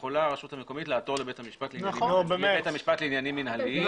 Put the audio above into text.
יכולה לרשות המקומית לעתור לבית המשפט לעניינים מינהליים.